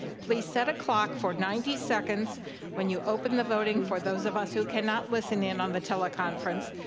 please set a clock for ninety seconds when you open the voting for those of us who cannot listen in on the teleconference.